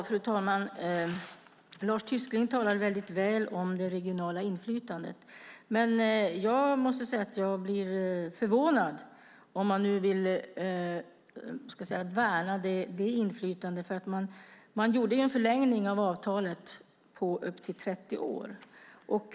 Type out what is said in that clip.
Fru talman! Lars Tysklind talar väl om det regionala inflytandet. Men jag blir förvånad om man nu vill värna detta inflytande. Man gjorde en förlängning av avtalet på upp till 30 år.